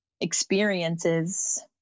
experiences